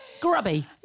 grubby